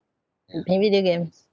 you pay me the games